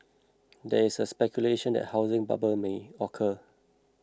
there is speculation and a housing bubble may occur